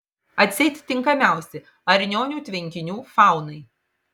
atseit tinkamiausi arnionių tvenkinių faunai